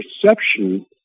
perception